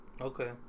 okay